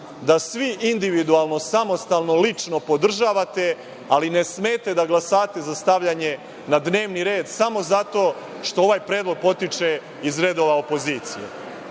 da svi individualno, samostalno, lično podržavate, ali ne smete da glasate za stavljanje na dnevni red samo zato što ovaj predlog potiče iz redova opozicije.